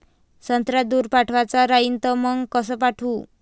संत्रा दूर पाठवायचा राहिन तर मंग कस पाठवू?